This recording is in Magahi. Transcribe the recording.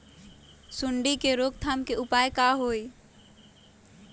सूंडी के रोक थाम के उपाय का होई?